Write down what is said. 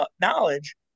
knowledge